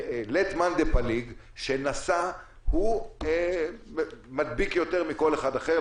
לית מאן דפליג שנשא הוא מדביק יותר מכל אחד אחר,